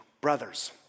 Brothers